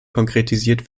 konkretisiert